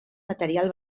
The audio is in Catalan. material